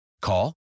Call